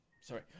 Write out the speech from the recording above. sorry